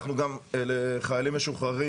אנחנו גם לחיילים משוחררים,